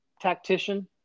tactician